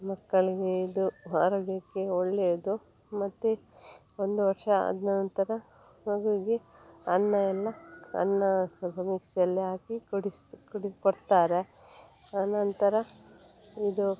ಮಕ್ಕಳಿಗೆ ಇದು ಆರೋಗ್ಯಕ್ಕೆ ಒಳ್ಳೆಯದು ಮತ್ತು ಒಂದು ವರ್ಷ ಆದನಂತ್ರ ಮಗುವಿಗೆ ಅನ್ನ ಎಲ್ಲ ಅನ್ನ ಸ್ವಲ್ಪ ಮಿಕ್ಸಿಯಲ್ಲಿ ಹಾಕಿ ಕುಡಿಸಿ ಕೊಡ್ತಾರೆ ಆ ನಂತರ ಇದು